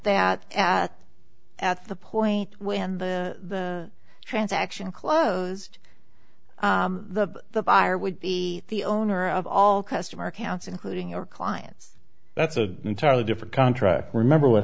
that at the point when the transaction closed the buyer would be the owner of all customer accounts including your clients that's an entirely different contract remember what